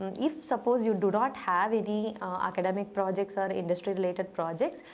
and if suppose you do not have any academic projects or industry-related projects,